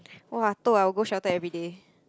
[wah] toh i will go shelter everyday